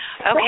okay